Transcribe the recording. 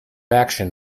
action